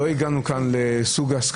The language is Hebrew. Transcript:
לא הגענו כאן להסכמות,